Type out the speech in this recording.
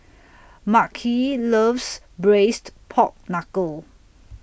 Makhi loves Braised Pork Knuckle